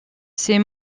ses